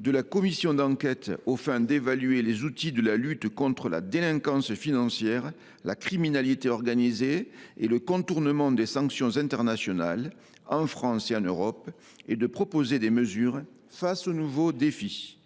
de la commission d’enquête aux fins d’évaluer les outils de la lutte contre la délinquance financière, la criminalité organisée et le contournement des sanctions internationales, en France et en Europe, et de proposer des mesures face aux nouveaux défis ;